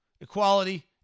equality